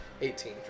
Eighteen